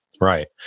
Right